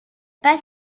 pas